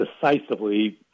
decisively